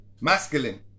masculine